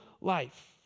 life